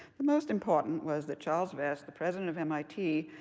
the most important was that charles vest, the president of mit,